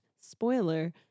spoiler